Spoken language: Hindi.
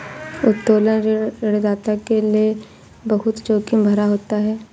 उत्तोलन ऋण ऋणदाता के लये बहुत जोखिम भरा होता है